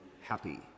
happy